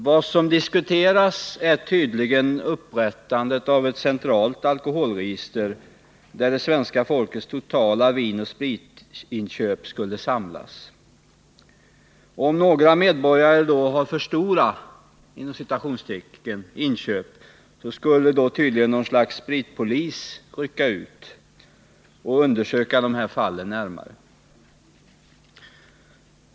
Vad som diskuterats är tydligen upprättandet av ett centralt alkoholregister, där svenska folkets totala vinoch spritinköp skulle samlas. Om några medborgare har ”för stora” inköp, skulle således något slags spritpolis rycka ut och undersöka dessa fall närmare.